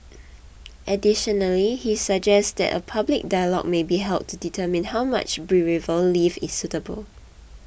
additionally he suggests that a public dialogue may be held to determine how much bereave leave is suitable